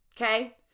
okay